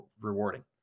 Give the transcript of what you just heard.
rewarding